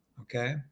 okay